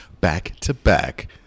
back-to-back